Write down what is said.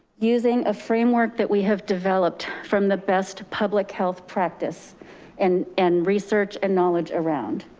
using a framework that we have developed from the best public health practice and and research and knowledge around.